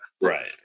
Right